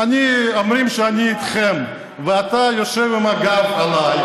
אומרים שאני איתכם ואתה יושב עם הגב אליי.